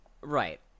Right